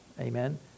amen